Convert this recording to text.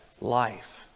Life